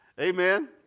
amen